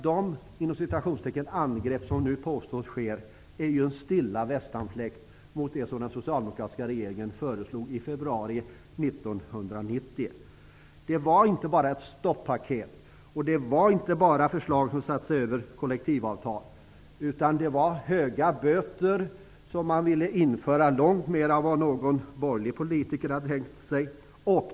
De ''angrepp'' som nu påstås ske är ju en stilla västanfläkt mot det som den socialdemokratiska regeringen föreslog i februari 1990. Det var inte bara ett stoppaket. Det var inte bara förslag som satte sig över kollektivavtal. Det var höga böter som man ville införa, långt mer än någon borgerlig politiker hade tänkt sig.